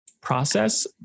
process